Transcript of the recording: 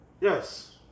Yes